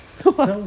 what